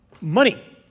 money